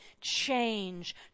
change